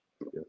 Yes